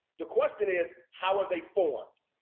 the question is, how are they formed?